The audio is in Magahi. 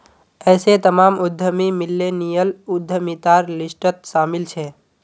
ऐसे तमाम उद्यमी मिल्लेनियल उद्यमितार लिस्टत शामिल छे